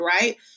right